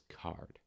card